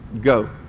Go